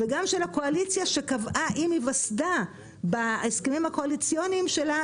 וגם של הקואליציה שקבעה עם היווסדה בהסכמים הקואליציוניים שלה,